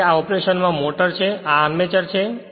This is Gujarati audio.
તેથી આ ઓપરેશનમાં મોટર છે અને આ આર્મચર છે